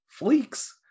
Fleek's